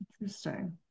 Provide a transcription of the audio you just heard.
interesting